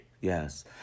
Yes